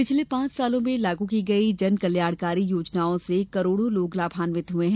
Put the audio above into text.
पिछले पांच वर्षो में लागू की गई जन कल्याणकारी योजनाओं से करोड़ों लोग लाभान्वित हुये हैं